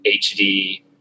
HD